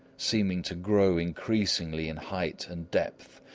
seeming to grow increasingly in height and depth.